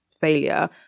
failure